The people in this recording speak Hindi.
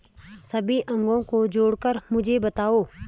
सभी अंकों को जोड़कर मुझे बताओ